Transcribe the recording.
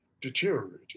deteriorated